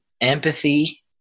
empathy